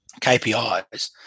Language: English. KPIs